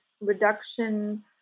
reduction